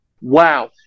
Wow